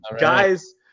guys